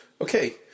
Okay